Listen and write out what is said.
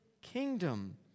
kingdom